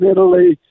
Italy